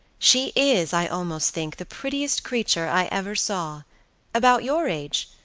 she is, i almost think, the prettiest creature i ever saw about your age,